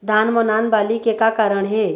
धान म नान बाली के का कारण हे?